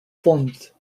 formed